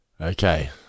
Okay